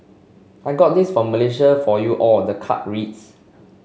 I got this for Malaysia for you all the card reads